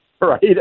Right